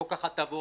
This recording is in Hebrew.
בוא קח הטבות,